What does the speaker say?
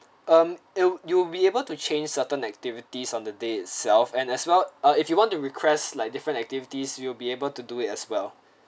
um you you'll be able to change certain activities on the day itself and as well ah if you want to request like different activities you will be able to do it as well